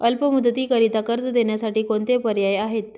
अल्प मुदतीकरीता कर्ज देण्यासाठी कोणते पर्याय आहेत?